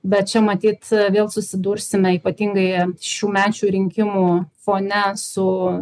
bet čia matyt vėl susidursime ypatingai šiųmečių rinkimų fone su